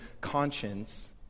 conscience